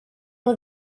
nhw